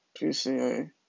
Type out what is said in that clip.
PCA